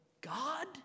God